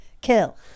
kill